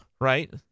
right